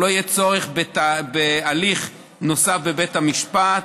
לא יהיה צורך בהליך נוסף בבית המשפט,